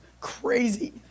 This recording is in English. crazy